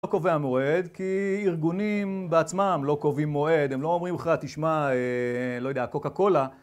לא קובע מועד, כי ארגונים בעצמם לא קובעים מועד, הם לא אומרים לך תשמע לא יודע קוקה קולה